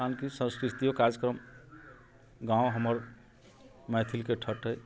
शान्ति संस्कृतिओ कार्यक्रम गाम हमर मैथिलके ठट्ठ अइ